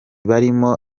barimo